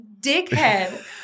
dickhead